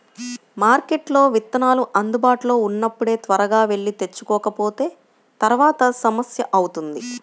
మార్కెట్లో విత్తనాలు అందుబాటులో ఉన్నప్పుడే త్వరగా వెళ్లి తెచ్చుకోకపోతే తర్వాత సమస్య అవుతుంది